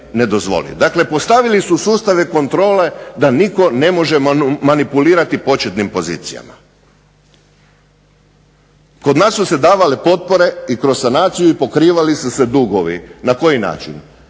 Dakle, postavili su sustave kontrole da nitko ne može manipulirati početnim pozicijama. Kod nas su se davale potpore i kroz sanaciju i pokrivali su se dugovi. Na koji način?